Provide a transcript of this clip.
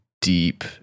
deep